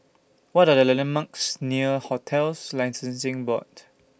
What Are The The landmarks near hotels Licensing Board